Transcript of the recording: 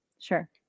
Sure